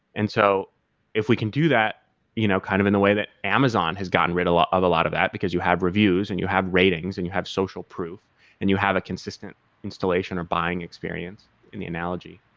and so if we can do that you know kind of in the way that amazon has gotten rid of a lot of that, because you have reviews and you have ratings and you have social proof and you have a consistent installation or buying experience in the analogy,